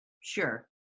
Sure